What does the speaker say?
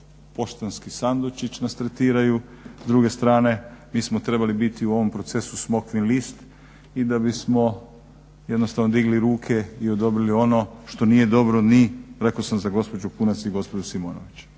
poštanski sandučić nas tretiraju. S druge strane mi smo trebali biti u ovom procesu smokvin list i da bismo jednostavno digli ruke i odobrili ono što nije dobro ni rekao sam za gospođu Kunac i gospođu Simonović.